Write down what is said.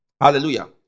Hallelujah